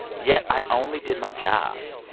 yet i only did my job.